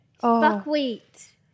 Buckwheat